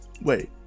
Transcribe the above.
wait